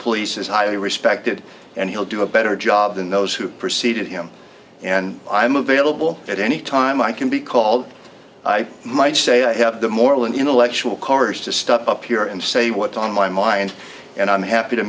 police is highly respected and he'll do a better job than those who preceded him and i'm available at any time i can be called i might say i have the moral and intellectual cards to step up here and say what's on my mind and i'm happy to